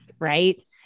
Right